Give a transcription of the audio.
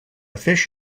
fish